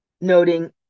noting